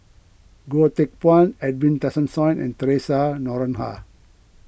Goh Teck Phuan Edwin Tessensohn and theresa Noronha